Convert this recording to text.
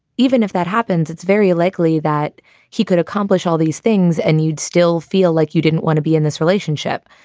even if that happens, it's very likely that he could accomplish all these things and you'd still feel like you didn't want to be in this relationship.